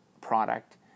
product